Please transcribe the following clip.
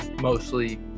mostly